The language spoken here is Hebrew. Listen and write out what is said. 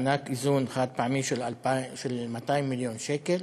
מענק איזון חד-פעמי של 200 מיליון שקל,